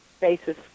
basis